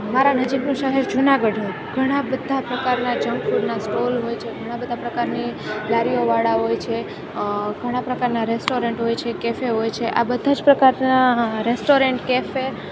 મારા નજીકનું શહેર જુનાગઢ ઘણા બધા પ્રકારના જંક ફૂડના સ્ટોલ હોય છે ઘણા બધા પ્રકારની લારીઓ વાળા હોય છે ઘણા પ્રકારના રેસ્ટોરન્ટ હોય છે કેફે હોય છે આ બધા જ પ્રકારના રેસ્ટોરેન્ટ કેફે